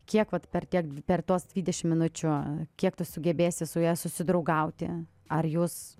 kiek vat per tiek per tuos dvidešimt minučių kiek tu sugebėsi su juo susidraugauti ar jūs